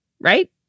right